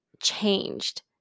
changed